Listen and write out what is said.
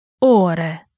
ore